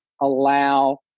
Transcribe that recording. allow